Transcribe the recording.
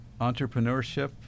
Entrepreneurship